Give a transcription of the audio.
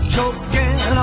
Choking